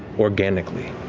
organically,